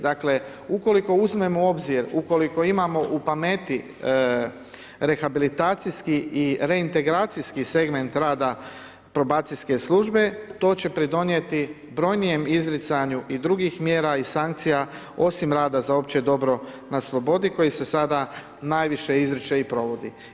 Dakle, ukoliko uzmemo u obzir, ukoliko imamo u pameti rehabilitacijski i reintegracijski segment rada probacijske službe, to će pridonijeti brojnijem izricanju i drugih mjera i sanacija, osim rada za opće dobro na slobodi koji se sada najviše izriče i provodi.